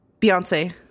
Beyonce